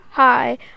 Hi